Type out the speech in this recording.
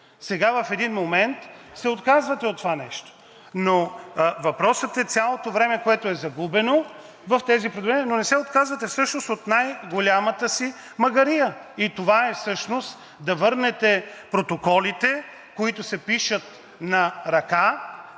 Сега в един момент се отказвате от това, но въпросът е цялото време, което е загубено в тези предложения, но не се отказвате всъщност от най-голямата си магария. Това всъщност е да върнете протоколите, които се пишат на ръка,